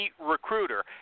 Recruiter